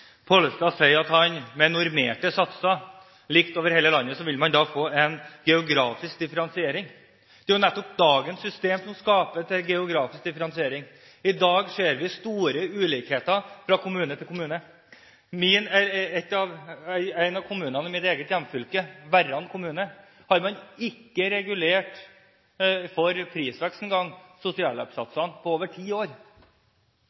Pollestad. Pollestad sier at med de samme normerte satser over hele landet vil man få en geografisk differensiering. Det er jo nettopp dagens system som skaper geografisk differensiering! I dag ser vi store ulikheter fra kommune til kommune. I en av kommunene i mitt eget hjemfylke, Verran kommune, har man ikke regulert sosialhjelpssatsene for